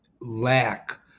lack